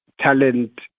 Talent